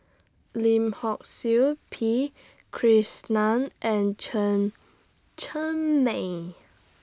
Lim Hock Siew P Krishnan and Chen Cheng Mei